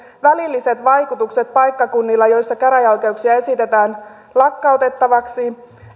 välilliset vaikutukset paikkakunnilla joilla käräjäoikeuksia esitetään lakkautettaviksi